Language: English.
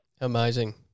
Amazing